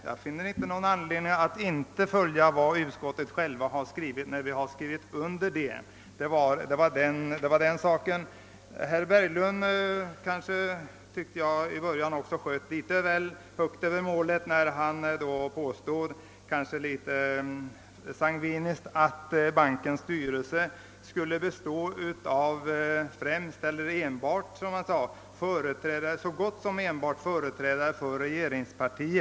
Jag finner ingen anledning att inte godta vad utskottet har skrivit, när jag själv har skrivit under utskottets utlåtande. Herr Berglund kanske sköt litet väl högt över målet i början, när han något sangviniskt påstod att bankens styrelse skulle bestå så gott som enbart av företrädare för regeringspartiet.